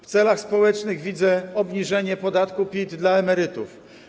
W celach społecznych widzę obniżenie podatku PIT dla emerytów.